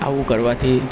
આવું કરવાથી